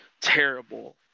terrible